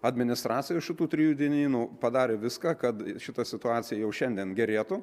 administracija šitų trijų dienynų padarė viską kad šita situacija jau šiandien gerėtų